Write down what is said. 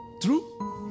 True